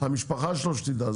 שהמשפחה שלו תדע,